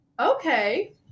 okay